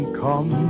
come